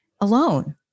alone